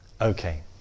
Okay